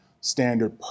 standard